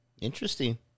Interesting